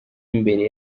imbere